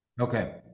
Okay